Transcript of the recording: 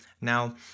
now